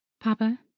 Papa